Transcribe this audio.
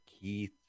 Keith